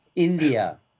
India